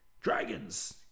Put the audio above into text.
dragons